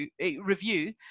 review